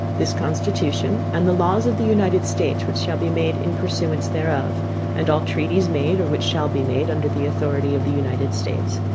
this constitution, and the laws of the united states which shall be made in pursuance thereof and all treaties made, or which shall be made, under the authority of the united states,